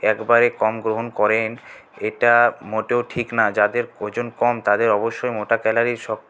একবারে কম গ্রহণ করেন এটা মোটেও ঠিক না যাদের ওজন কম তাদের অবশ্যই মোটা ক্যালারির সব